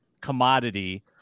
commodity